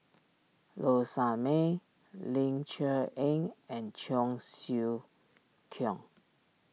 Low Sanmay Ling Cher Eng and Cheong Siew Keong